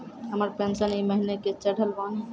हमर पेंशन ई महीने के चढ़लऽ बानी?